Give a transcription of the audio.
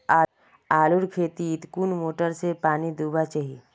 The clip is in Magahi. आलूर खेतीत कुन मोटर से पानी दुबा चही?